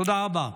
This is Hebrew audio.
תודה רבה.